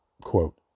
Quote